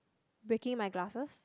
breaking my glasses